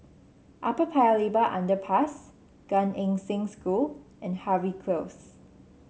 Upper Paya Lebar Underpass Gan Eng Seng School and Harvey Close